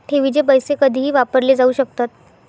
ठेवीचे पैसे कधीही वापरले जाऊ शकतात